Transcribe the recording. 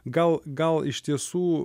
gal gal iš tiesų